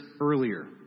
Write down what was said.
earlier